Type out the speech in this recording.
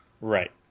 Right